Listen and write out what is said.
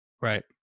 Right